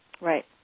Right